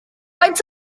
faint